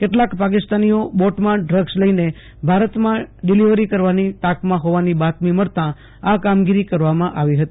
કેટલાંક પાકિસ્તાનીઓ બોટમાં ડ્રગ્સ લઈને ભારતમાં ડિલિવરી કરવાની તાકમાં હોવાની બાતમી મળતાં આ કામગીરી કરવામાં આવી હતી